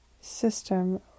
system